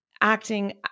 acting